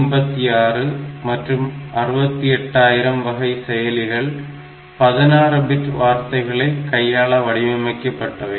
8086 மற்றும் 68000 வகை செயலிகள் 16 பிட் வார்த்தைகளை கையாள வடிவமைக்கப்பட்டவை